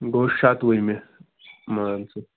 گوٚو شَتوُہمہِ مان ژٕ